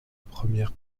première